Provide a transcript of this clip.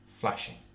flashing